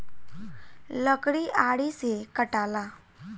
लकड़ी आरी से कटाला